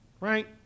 Right